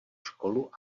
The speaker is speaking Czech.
školu